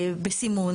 בסימון.